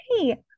hey